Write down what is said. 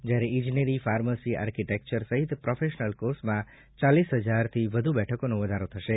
જ્યારે ઈજનેરી pharmacy architecture સહિત પ્રોફેશનલ કોર્સમાં ચાલીસ હજારથી વધુ બેઠકનો વધારો થશે